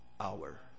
hour